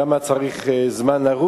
כמה זמן צריך לרוץ